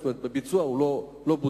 זאת אומרת בפועל הוא לא בוצע.